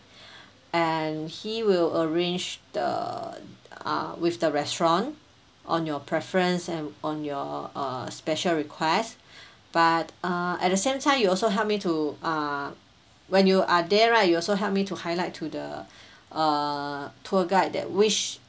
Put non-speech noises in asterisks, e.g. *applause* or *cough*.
*breath* and he will arrange the uh with the restaurant on your preference and on your uh special requests *breath* but uh at the same time you also help me to uh when you are there right you also helped me to highlight to the *breath* uh tour guide that which